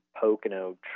Pocono